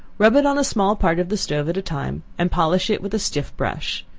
rub it on a small part of the stove at a time, and polish it with a stiff brush.